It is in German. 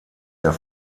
der